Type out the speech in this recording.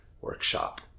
workshop